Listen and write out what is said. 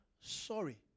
sorry